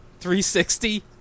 360